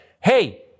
hey